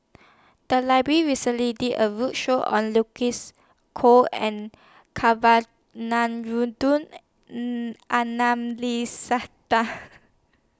The Library recently did A roadshow on Lucy's Koh and